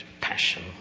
passion